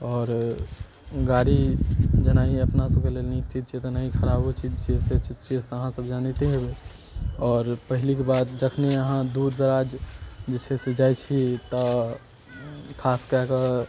आओर गाड़ी जेनाही अपना सबके लेल नीक चीज छियै तेनाही खराबो चीज छियै से चीज तऽ अहाँ सब जानिते हेबै आओर पहिलुक बात जखने अहाँ दूर दराज जे छै से जाइ छी तऽ खास कऽ कऽ